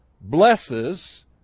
blesses